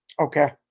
Okay